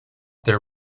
there